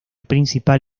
principal